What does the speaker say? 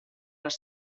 les